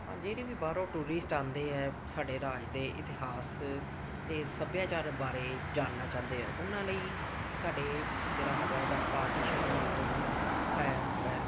ਹਾਂ ਜਿਹੜੇ ਵੀ ਬਾਹਰੋਂ ਟੂਰਿਸਟ ਆਉਂਦੇ ਹੈ ਸਾਡੇ ਰਾਜ ਦੇ ਇਤਿਹਾਸ ਅਤੇ ਸੱਭਿਆਚਾਰ ਬਾਰੇ ਜਾਣਨਾ ਚਾਹੁੰਦੇ ਓ ਉਹਨਾਂ ਲਈ ਸਾਡੇ ਜਿਹੜਾ ਹੈਗਾ ਇਹਦਾ ਪਾਰਟੀਸ਼ਨ ਮਿਊਜ਼ਅਮ ਹੈ ਵੈ